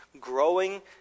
growing